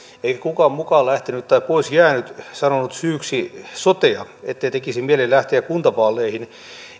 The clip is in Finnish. eikä kukaan mukaan lähtenyt tai pois jäänyt sanonut syyksi sotea ettei tekisi mieli lähteä kuntavaaleihin